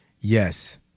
Yes